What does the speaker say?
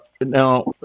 Now